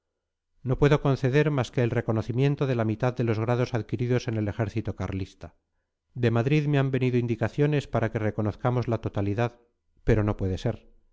no puedo conceder más que el reconocimiento de la mitad de los grados adquiridos en el ejército carlista de madrid me han venido indicaciones para que reconozcamos la totalidad pero no puede ser